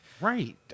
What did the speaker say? Right